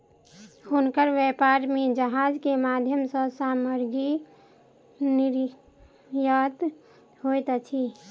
हुनकर व्यापार में जहाज के माध्यम सॅ सामग्री निर्यात होइत अछि